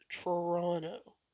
Toronto